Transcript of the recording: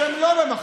שהם לא במחלוקת,